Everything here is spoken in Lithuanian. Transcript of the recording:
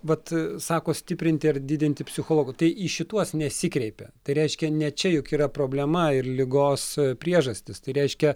vat sako stiprinti ar didinti psichologų tai į šituos nesikreipia tai reiškia ne čia juk yra problema ir ligos priežastys tai reiškia